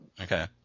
Okay